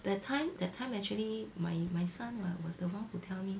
that time that time actually my my son what was the one who tell me